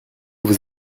vous